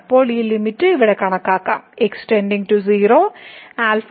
ഇപ്പോൾ ഈ ലിമിറ്റ് ഇവിടെ കണക്കാക്കാം x → 0